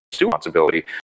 responsibility